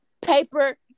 paper